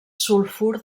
sulfur